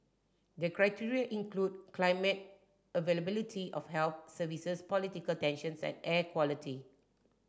the criteria include climate availability of health services political tensions and air quality